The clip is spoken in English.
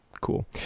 cool